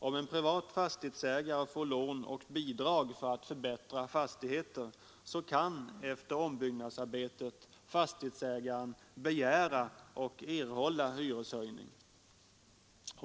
Om en privat fastighetsägare får lån och bidrag för att förbättra fastigheter, så kan efter ombyggnadsarbetet fastighetsägaren begära och erhålla hyreshöjning.